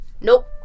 Nope